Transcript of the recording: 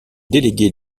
délégué